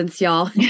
y'all